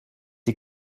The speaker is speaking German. die